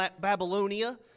Babylonia